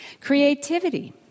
Creativity